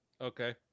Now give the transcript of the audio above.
Okay